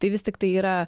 tai vis tiktai yra